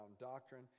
doctrine